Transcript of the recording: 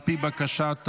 על פי בקשת האופוזיציה,